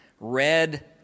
red